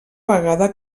vegada